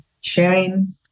sharing